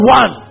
one